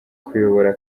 kuyobora